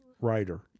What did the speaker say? writer